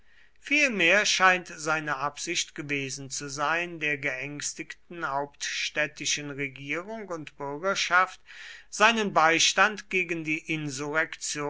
vielmehr scheint seine absicht gewesen zu sein der geängsteten hauptstädtischen regierung und bürgerschaft seinen beistand gegen die